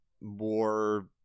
more